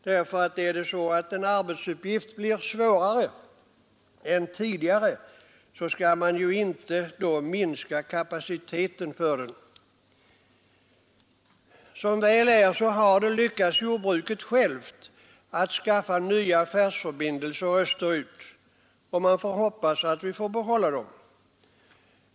Om en arbetsuppgift blir svårare än tidigare, skall man inte minska kapaciteten för den. Som väl är, har det lyckats jordbruket självt att skaffa nya affärsförbindelser österut, och man vill hoppas att vi får behålla dem.